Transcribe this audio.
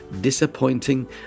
disappointing